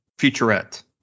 featurette